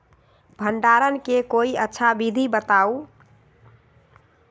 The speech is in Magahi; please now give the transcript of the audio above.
भंडारण के कोई अच्छा विधि बताउ?